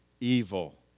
evil